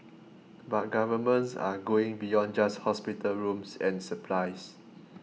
but governments are going beyond just hospital rooms and supplies